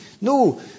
No